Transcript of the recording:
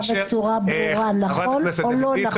תאמר בצורה ברורה, נכון או לא נכון?